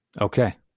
okay